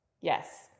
Yes